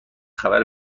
خبر